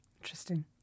Interesting